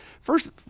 First